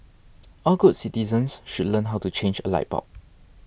all good citizens should learn how to change a light bulb